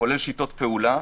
כולל שיטות פעולה.